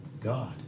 God